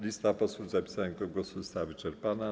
Lista posłów zapisanych do głosu została wyczerpana.